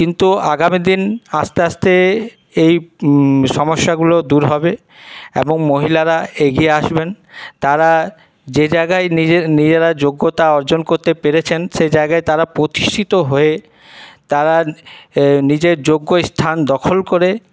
কিন্তু আগামী দিন আস্তে আস্তে এই সমস্যাগুলো দূর হবে এবং মহিলারা এগিয়ে আসবেন তারা যে জায়গায় নিজে নিজেরা যোগ্যতা অর্জন করতে পেরেছেন সেই জায়গায় তারা প্রতিষ্ঠিত হয়ে তারা নিজের যোগ্য স্থান দখল করে